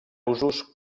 usos